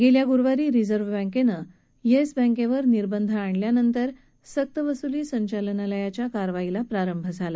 गेल्या गुरुवारी रिझर्व्ह बॅकेनं येस बॅकेवर निर्बंध आणल्यानंतर सक्तवसुली संचालनालयानं या कारवाईला सुरुवात केली